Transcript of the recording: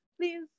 please